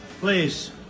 please